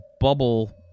bubble